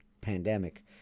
pandemic